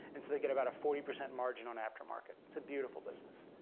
and so they get about a forty percent margin on aftermarket. it's a beautiful business.